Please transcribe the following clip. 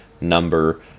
number